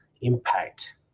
impact